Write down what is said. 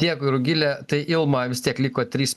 dėkui rugile tai ilma vis tiek liko trys